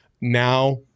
Now